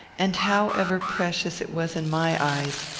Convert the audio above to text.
and, however precious it was in my eyes,